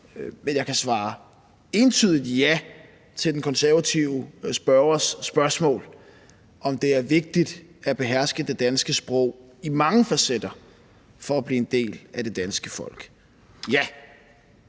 Men jeg kan svare entydigt ja til den konservative spørgers spørgsmål om, hvorvidt det er vigtigt at beherske det danske sprog i mange facetter for at blive en del er det danske folk. Ja.